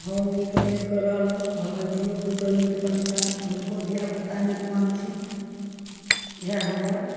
हम नीक बनिके रहलहुॅं तऽ हमर धियोपुतो नीक बनताह हुनको धियापुता नीक बनथिन इएह हमर